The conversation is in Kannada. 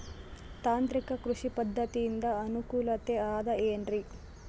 ತಾಂತ್ರಿಕ ಕೃಷಿ ಪದ್ಧತಿಯಿಂದ ಅನುಕೂಲತೆ ಅದ ಏನ್ರಿ?